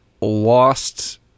lost